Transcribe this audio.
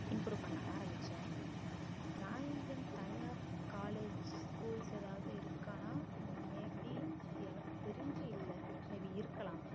improve பண்ண ஆரம்பித்தேன் டிராயிங்குனு தனியாக காலேஜ் ஸ்கூல்ஸ் ஏதாவது இருக்கான்னால் மேபி எனக்கு தெரிஞ்சு இல்லை மேபி இருக்கலாம்